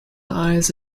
eyes